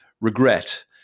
regret